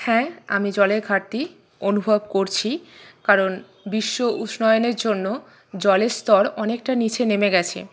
হ্যাঁ আমি জলের ঘাটতি অনুভব করছি কারণ বিশ্ব উষ্ণায়নের জন্য জলের স্তর অনেকটা নিচে নেমে গেছে